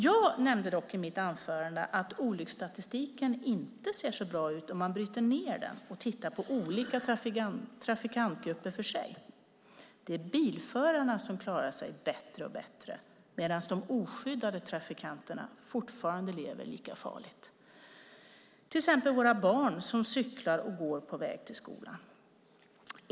Jag nämnde dock i mitt anförande att olycksstatistiken inte ser så bra ut om man bryter ned den och tittar på olika trafikantgrupper för sig. Det är bilförarna som klarar sig bättre och bättre medan de oskyddade trafikanterna fortfarande lever lika farligt, till exempel våra barn som cyklar och går på väg till skolan.